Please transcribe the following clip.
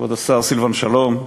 כבוד השר סילבן שלום,